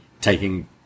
taking